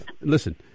listen